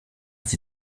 sie